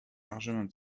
largement